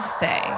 say